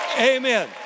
Amen